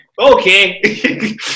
okay